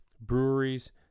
breweries